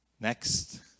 Next